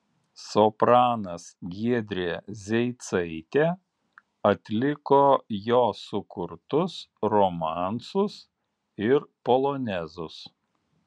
sopranas giedrė zeicaitė atliko jo sukurtus romansus ir polonezus